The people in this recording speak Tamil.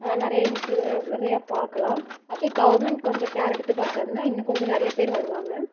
நிறையா இன் நிறையா பார்க்லாம் அதே கவர்மெண்ட் கொஞ்சம் கேர் எடுத்து பார்த்தாங்கனா இன்னும் கொஞ்சம் நிறையா பேர் வருவாங்க